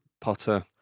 Potter